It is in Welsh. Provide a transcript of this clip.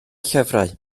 llyfrau